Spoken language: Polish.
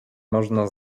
można